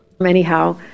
Anyhow